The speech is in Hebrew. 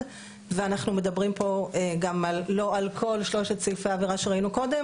ואנחנו מדברים פה גם לא על כל שלושת סעיפי העבירה שראינו קודם,